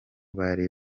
bari